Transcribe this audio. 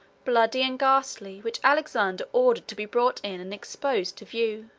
bloody and ghastly, which alexander ordered to be brought in and exposed to view.